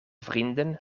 vrienden